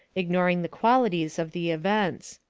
ignoring the qualities of the events.